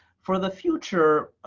for the future,